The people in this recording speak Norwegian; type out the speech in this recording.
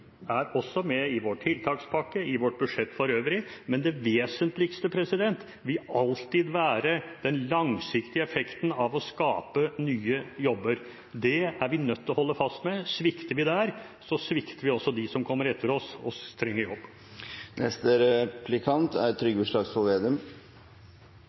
er også med i vår tiltakspakke og i vårt budsjett for øvrig, men det vesentligste vil alltid være den langsiktige effekten av å skape nye jobber. Det er vi nødt til å holde fast ved. Svikter vi der, svikter vi også dem som kommer etter oss, og som trenger jobb. Representanten Flåtten snakker om at han ønsker å skattlegge folk mindre, men folk som er